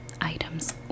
items